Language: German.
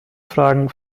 fragen